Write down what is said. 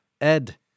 Ed